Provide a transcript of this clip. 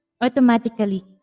automatically